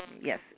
Yes